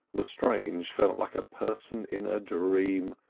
lestrange felt like a person in a dream,